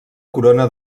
corona